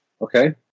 Okay